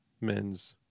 men's